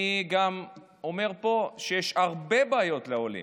אני גם אומר פה שיש הרבה בעיות לעולים,